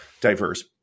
diverse